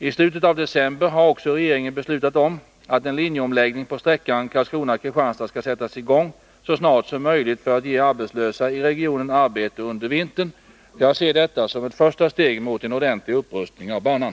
I slutet av december har också regeringen beslutat om att en linjeomläggning på sträckan Karlskrona-Kristianstad skall sättas i gång så snart som möjligt för att ge arbetslösa i regionen arbete under vintern. Jag ser detta som ett första steg mot en ordentlig upprustning av banan.